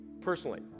personally